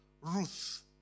Ruth